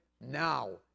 now